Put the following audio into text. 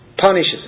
punishes